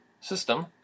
system